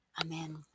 Amen